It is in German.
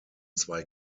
zwei